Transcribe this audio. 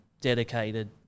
dedicated